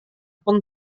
pun